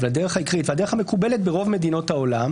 והדרך המקובלת ברוב מדינות העולם